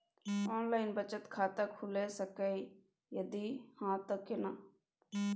Online बचत खाता खुलै सकै इ, यदि हाँ त केना?